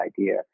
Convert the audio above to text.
idea